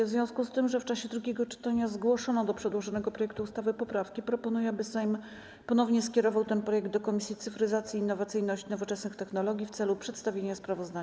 W związku z tym, że w czasie drugiego czytania zgłoszono do przedłożonego projektu ustawy poprawki, proponuję, aby Sejm ponownie skierował ten projekt do Komisji Cyfryzacji, Innowacyjności i Nowoczesnych Technologii w celu przedstawienia sprawozdania.